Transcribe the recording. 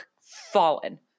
fallen